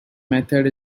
method